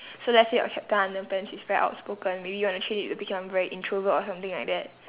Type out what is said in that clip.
so let's say your captain underpants is very outspoken maybe you wanna change it to become very introvert or something like that